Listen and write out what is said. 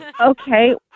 Okay